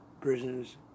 prisons